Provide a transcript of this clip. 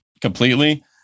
completely